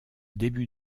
début